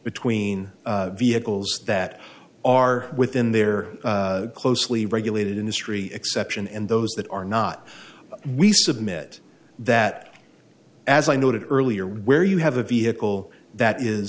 between vehicles that are within their closely regulated industry exception and those that are not we submit that as i noted earlier where you have a vehicle that is